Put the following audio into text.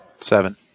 Seven